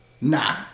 Nah